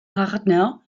partner